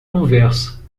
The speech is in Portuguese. conversa